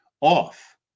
off